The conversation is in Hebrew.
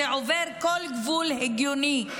זה עובר כל גבול הגיוני.